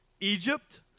Egypt